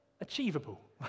achievable